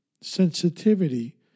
sensitivity